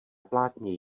plátně